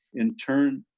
in turn,